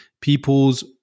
people's